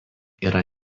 yra